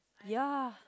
ya